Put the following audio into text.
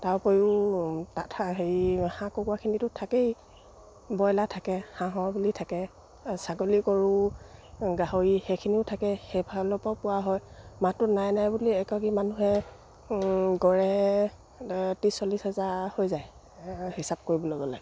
তাৰ উপৰিও তাত হেৰি হাঁহ কুকুৰাখিনিতো থাকেই ব্ৰইলাৰ থাকে হাঁহৰ বুলি থাকে ছাগলী গৰু গাহৰি সেইখিনিও থাকে সেইফালৰ পৰাও পোৱা হয় মাহটোত নাই নাই বুলিলেও এগৰাকী মানুহে গড়ে ত্ৰিছ চল্লিছ হেজাৰ হৈ যায় হিচাপ কৰিবলৈ গ'লে